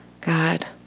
God